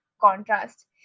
contrast